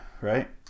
Right